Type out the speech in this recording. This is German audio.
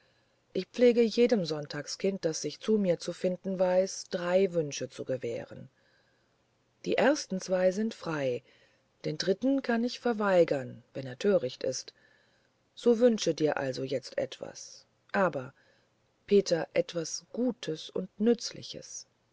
ich pflege jedem sonntagskind das sich zu mir zu finden weiß drei wünsche zu gewähren die ersten zwei sind frei den dritten kann ich verweigern wenn er töricht ist so wünsche dir also jetzt etwas aber peter etwas gutes und nützliches